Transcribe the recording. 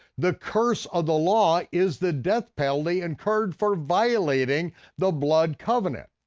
the curse of the law is the death penalty incurred for violating the blood covenant.